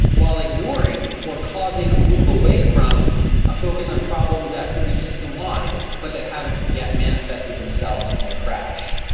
while ignoring or causing a move away from a focus on problems that could be systemwide but that haven't yet manifested themselves in a crash.